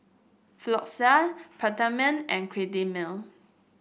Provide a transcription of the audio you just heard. Floxia Peptamen and Cetrimide